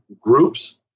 groups